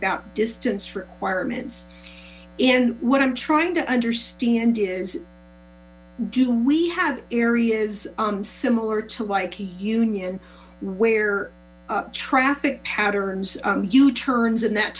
about distance requirements and what i'm trying to understand is do we have areas similar to like a union where traffic patterns you turns in that